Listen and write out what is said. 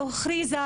לא הכריזה,